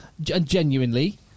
genuinely